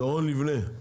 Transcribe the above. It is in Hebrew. דורון ליבנה.